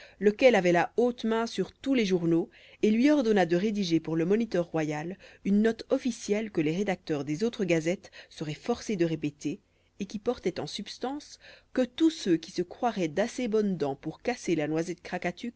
lequel avait la haute main sur tous les journaux et lui ordonna de rédiger pour le moniteur royal une note officielle que les rédacteurs des autres gazettes seraient forcés de répéter et qui portait en substance que tous ceux qui se croiraient d'assez bonnes dents pour casser la noisette